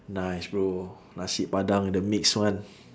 nice bro nasi padang the mix one